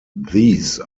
these